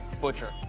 butcher